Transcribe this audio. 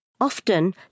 often